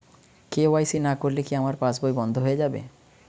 KYC না করলে কি আমার পাশ বই বন্ধ হয়ে যাবে?